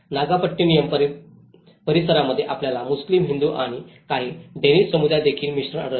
नागापट्टिनम परिसरामध्ये आपल्याला मुस्लीम हिंदू आणि काही डेनिश समुदाय यांचे मिश्रण आढळते